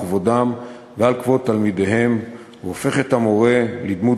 כבודם וכבוד תלמידיהם והופך את המורה לדמות